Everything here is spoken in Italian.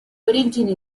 origini